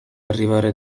arrivare